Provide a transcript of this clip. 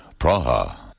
Praha